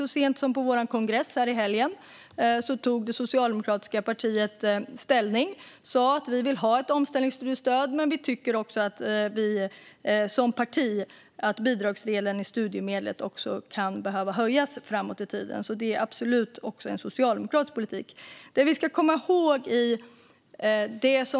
Så sent som på vår kongress i helgen tog det socialdemokratiska partiet ställning och sa att det ska vara ett omställningsstudiestöd men också en höjning av bidragsdelen framöver.